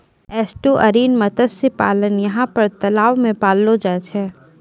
estuarine मत्स्य पालन यहाँ पर तलाव मे पाललो जाय छै